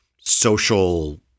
social